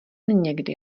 někdy